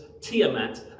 Tiamat